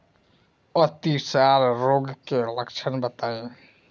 अतिसार रोग के लक्षण बताई?